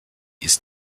ist